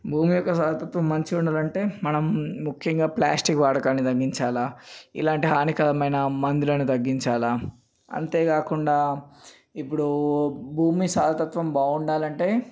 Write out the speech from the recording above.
భూమి యొక్క సారతత్వాన్ని మంచిగా ఉండాలంటే మనం ముఖ్యంగా ప్లాస్టిక్ వాడకాన్ని తగ్గించాలి ఇలాంటి హానికరమైన మందులని తగ్గించాలి అంతేకాకుండా ఇప్పుడు భూమి సారతత్వం బాగుండాలి అంటే